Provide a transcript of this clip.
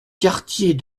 quartier